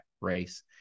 race